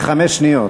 בחמש שניות.